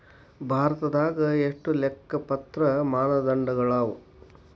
ಭಾರತದಾಗ ಎಷ್ಟ ಲೆಕ್ಕಪತ್ರ ಮಾನದಂಡಗಳವ?